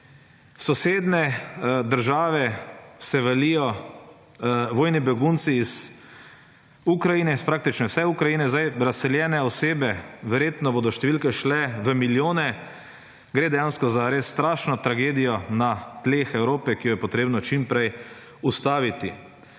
V sosednje države se valijo vojni begunci iz Ukrajine, iz praktično vse Ukrajine zdaj, razseljene osebe verjetno bodo številke šle v milijone. Gre dejansko za res strašno tragedijo na tleh Evrope, ki jo je potrebno čim prej ustaviti.